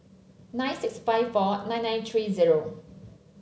nine six five four nine nine three zero